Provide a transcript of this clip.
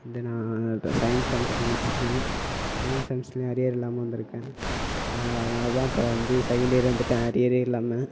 வந்து நான் இப்போ செகண்ட் செமஸ்டர் முடித்திருக்கேன் செகண்ட் செமஸ்டர்லேயும் அரியர் இல்லாமல் வந்திருக்கேன் அதனால தான் இப்போ வந்து செகண்ட் இயர் வந்துவிட்டேன் அரியரே இல்லாமல்